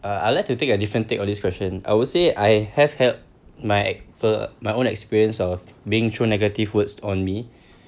uh I'd like to take a different take on this question I would say I have had my uh my own experience of being thrown negative words on me